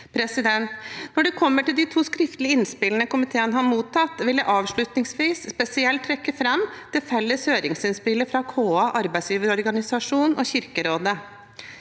Når det gjelder de to skriftlige innspillene komiteen har mottatt, vil jeg avslutningsvis spesielt trekke fram det felles høringsinnspillet fra KA Arbeidsgiverorganisasjon for kirkelige